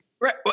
Right